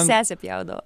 sesė pjaudavo